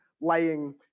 laying